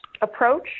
approach